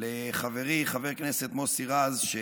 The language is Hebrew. לחברי חבר הכנסת מוסי רז,